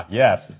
yes